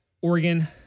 Oregon